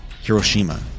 Hiroshima